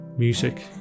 music